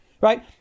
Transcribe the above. Right